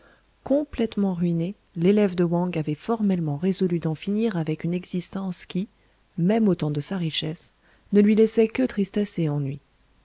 complètement ruiné l'élève de wang avait formellement résolu d'en finir avec une existence qui même au temps de sa richesse ne lui laissait que tristesse et ennuis